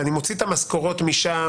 אני מוציא את המשכורות משם,